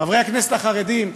חברי הכנסת החרדים,